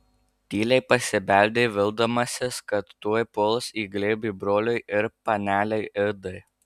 tyliai pasibeldė vildamasis kad tuoj puls į glėbį broliui ir panelei idai